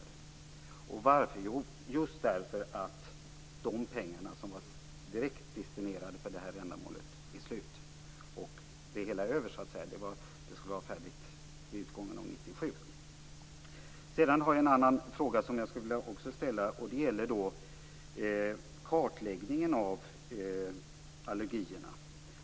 Jo, det skulle man göra just därför att de pengar som var direktdestinerade för det här ändamålet är slut och det hela är över - detta skulle ju vara färdigt vid utgången av 1997. Jag har en annan fråga som jag skulle vilja ställa, och det gäller kartläggningen av allergierna.